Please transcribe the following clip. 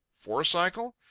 four cycle?